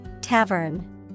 Tavern